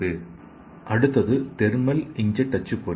slide நேரத்தைப் பார்க்கவும் 0402 அடுத்தது தெர்மல் இன்க்ஜெட் அச்சுப்பொறி